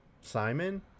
simon